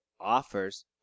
offers –